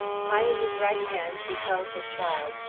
high in his right hand he held the child,